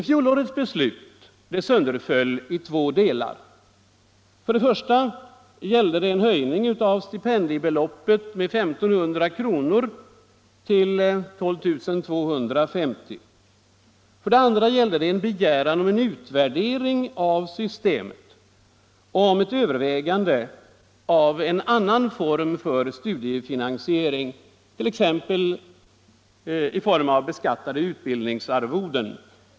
Fjolårets beslut sönderföll i två delar. För det första gällde det en höjning av stipendiebeloppet med 1 500 kr. till 12 250 kr. För det andra gällde det en begäran om utvärdering av systemet och ett övervägande av en annan form för studiefinansiering, t.ex. beskattade utbildningsarvoden.